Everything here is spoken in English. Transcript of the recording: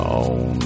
on